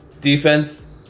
Defense